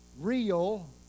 real